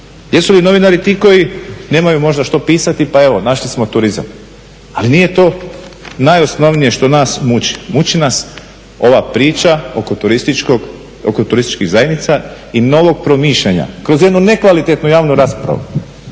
Jesu li novinari ti koji nemaju možda što pisati pa evo našli smo turizam. Ali nije to najosnovnije što nas muči, muči nas ova priča oko turističkih zajednica i novog promišljanja kroz jednu nekvalitetnu javnu raspravu